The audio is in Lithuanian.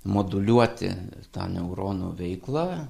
moduliuoti tą neuronų veiklą